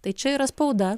tai čia yra spauda